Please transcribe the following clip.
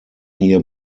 hier